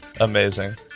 amazing